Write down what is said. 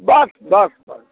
बस बस बस